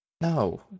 No